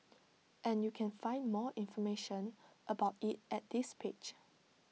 and you can find more information about IT at this page